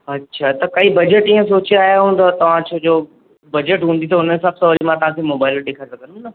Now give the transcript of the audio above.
अच्छा त काई बजेट इअं सोचे आहियां हूंदव तव्हां छो जो बजेट हूंदी त हुन हिसाब सां वरी मां तव्हांखे मोबाइल ॾेखारे सघंदुमि न